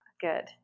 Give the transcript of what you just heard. Good